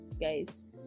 guys